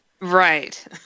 Right